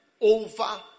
over